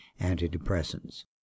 antidepressants